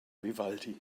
vivaldi